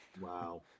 Wow